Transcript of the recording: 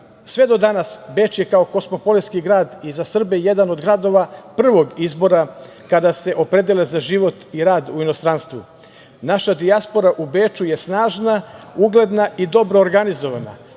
Sve do danas, Beč je kao kosmopolitski grad i za Srbe jedan od gradova prvog izbora kada se opredele za život i rad u inostranstvu. Naša dijaspora u Beču je snažna, ugledna i dobro organizovana.